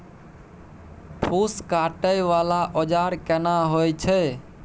फूस काटय वाला औजार केना होय छै?